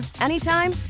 anytime